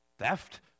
theft